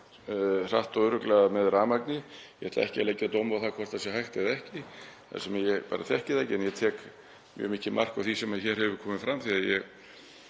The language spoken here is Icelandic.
hratt og örugglega með rafmagni. Ég ætla ekki að leggja dóm á hvort það sé hægt eða ekki þar sem ég þekki það ekki. En ég tek mjög mikið mark á því sem hér hefur komið fram því að ég